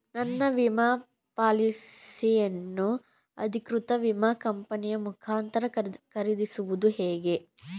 ನನ್ನ ವಿಮಾ ಪಾಲಿಸಿಯನ್ನು ಅಧಿಕೃತ ವಿಮಾ ಕಂಪನಿಯ ಮುಖಾಂತರ ಖರೀದಿಸುವುದು ಹೇಗೆ?